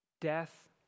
Death